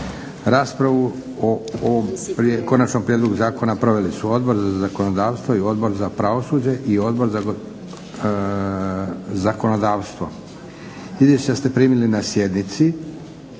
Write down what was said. Raspravu o ovom Konačnom prijedlogu zakona proveli su Odbor za zakonodavstvo i Odbor za pravosuđe i Odbor za zakonodavstvo. Izvješća ste primili na sjednici.